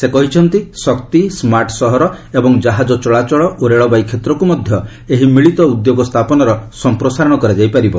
ସେ କହିଛନ୍ତି ଶକ୍ତି ସ୍ମାର୍ଟ ସହର ଏବଂ ଜାହାଜ ଚଳାଚଳ ଓ ରେଳବାଇ କ୍ଷେତ୍ରକୁ ମଧ୍ୟ ଏହି ମିଳିତ ଉଦ୍ୟୋଗ ସ୍ଥାପନର ସଂପ୍ରସାରଣ କରାଯାଇ ପାରିବ